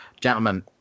Gentlemen